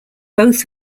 both